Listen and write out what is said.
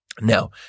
Now